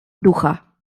ducha